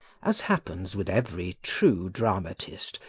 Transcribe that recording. as happens with every true dramatist,